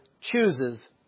chooses